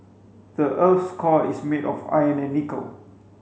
the earth's core is made of iron and nickel